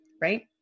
right